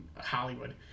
Hollywood